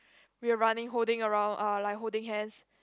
we were running holding around uh like holding hands